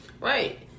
Right